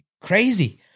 crazy